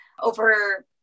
over